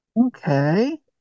Okay